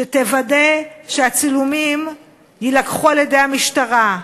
שתוודא שהצילומים יילקחו על-ידי המשטרה,